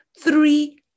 three